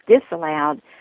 disallowed